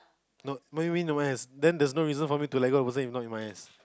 no what do you mean no one has then there's no reason for me to let go of a person not in my ass